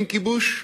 אין כיבוש,